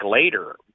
later